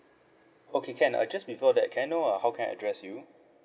okay can uh just before that can I know uh how can I address you